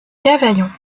cavaillon